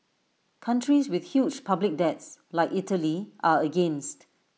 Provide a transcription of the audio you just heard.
countries with huge public debts like Italy are against